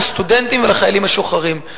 לסטודנטים ולחיילים משוחררים.